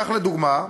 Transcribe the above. כך, לדוגמה,